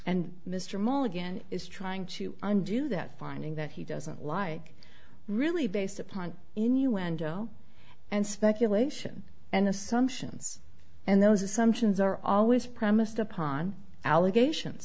and mr mulligan is trying to do that finding that he doesn't like really based upon innuendo and speculation and assumptions and those assumptions are always premised upon allegations